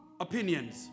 opinions